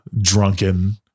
drunken